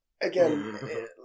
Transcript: again